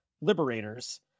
liberators